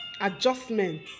adjustment